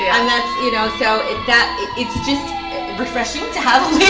yeah um that's you know, so it that it's just refreshing to have